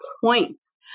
points